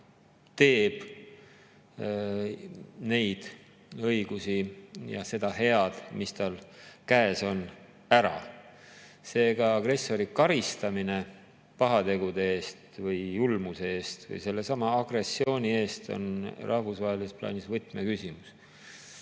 teeb, neid õigusi ja seda head, mis tal käes on, ära. Seega, agressori karistamine pahategude eest või julmuse eest või sellesama agressiooni eest on rahvusvahelises plaanis võtmeküsimus.